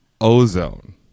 Ozone